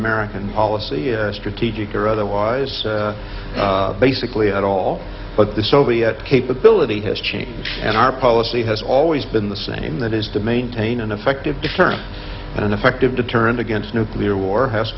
american policy strategic or otherwise basically at all but the soviet capability has changed and our policy has always been the same that is to maintain an effective deterrent an effective deterrent against nuclear war has